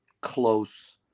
close